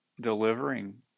delivering